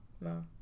no